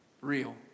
real